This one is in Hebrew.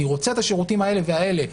אני רוצה את השירותים האלה והאלה,